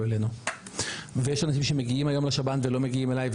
אלינו ויש אנשים שמגיעים היום לשב"ן ולא מגיעים אליי,